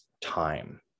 time